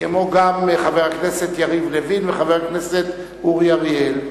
כמו גם חבר הכנסת יריב לוין וחבר הכנסת אורי אריאל.